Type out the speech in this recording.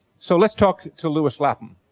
so let's talk to lewis lapham.